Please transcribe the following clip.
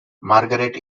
margaret